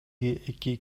эки